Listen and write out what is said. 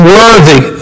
worthy